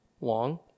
long